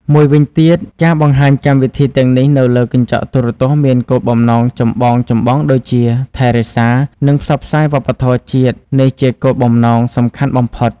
មួយវិញទៀតការបង្ហាញកម្មវិធីទាំងនេះនៅលើកញ្ចក់ទូរទស្សន៍មានគោលបំណងចម្បងៗដូចជា ថែរក្សា និងផ្សព្វផ្សាយវប្បធម៌ជាតិ នេះជាគោលបំណងសំខាន់បំផុត។